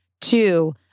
Two